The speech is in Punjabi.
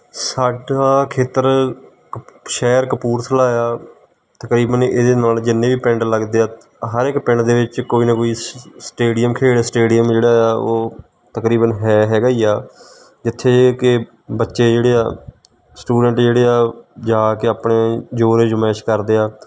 ਸਾਡਾ ਖੇਤਰ ਸ਼ਹਿਰ ਕਪੂਰਥਲਾ ਆ ਤਕਰੀਬਨ ਇਹਦੇ ਨਾਲ ਜਿੰਨੇ ਵੀ ਪਿੰਡ ਲੱਗਦੇ ਆ ਹਰ ਇੱਕ ਪਿੰਡ ਦੇ ਵਿੱਚ ਕੋਈ ਨਾ ਕੋਈ ਸ ਸਟੇਡੀਅਮ ਖੇਡ ਸਟੇਡੀਅਮ ਜਿਹੜਾ ਆ ਉਹ ਤਕਰੀਬਨ ਹੈ ਹੈਗਾ ਹੀ ਆ ਜਿੱਥੇ ਕਿ ਬੱਚੇ ਜਿਹੜੇ ਆ ਸਟੂਡੈਂਟ ਜਿਹੜੇ ਆ ਜਾ ਕੇ ਆਪਣੇ ਜੋਰ ਅਜਮਾਇਸ਼ ਕਰਦੇ ਆ